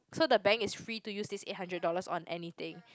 so the bank is free to use this eight hundred dollars on anything